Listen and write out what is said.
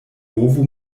bovo